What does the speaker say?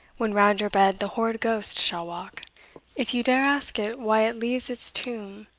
when round your bed the horrid ghost shall walk if you dare ask it why it leaves its tomb,